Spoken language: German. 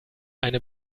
eine